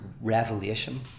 revelation